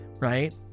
right